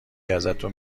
ازتون